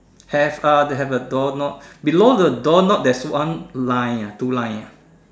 have lah they have a door knob below the door knob there's one line ah two line ah